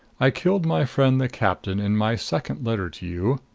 i killed my friend the captain in my second letter to you,